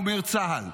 אומר צה"ל,